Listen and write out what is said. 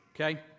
okay